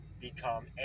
become